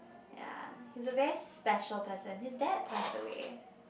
ya he's a very special person his dad passed away